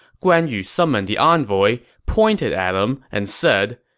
guan yu summoned the envoy, pointed at him, and said,